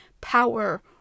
power